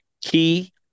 key